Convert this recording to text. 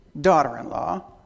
daughter-in-law